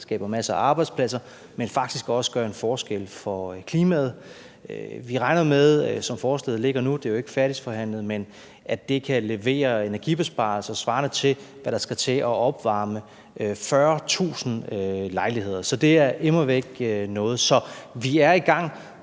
og skaber masser af arbejdspladser, men faktisk også gør en forskel for klimaet. Som forslaget ligger nu, og det er jo ikke færdigforhandlet, regner vi med, at det kan levere energibesparelser svarende til, hvad der skal til for at opvarme 40.000 lejligheder, og det er immer væk noget. Så vi er i gang,